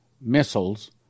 missiles